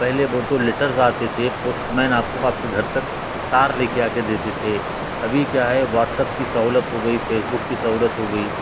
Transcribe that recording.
پہلے بول تو لیٹرس آتے تھے پوسٹ مین آپ کو آپ کے گھر تک تار لے کے آ کے دیتے تھے ابھی کیا ہے واٹس ایپ کی سہولت ہوگئی فیس بک کی سہولت ہوگئی